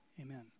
Amen